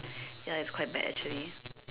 ya it's quite bad actually